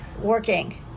Working